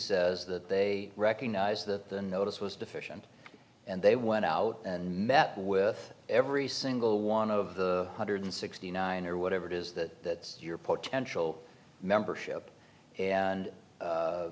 says that they recognize that the notice was deficient and they went out and met with every single one of the hundred sixty nine or whatever it is that your potential membership and